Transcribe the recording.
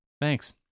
Thanks